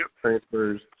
transfers